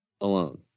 alone